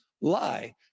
lie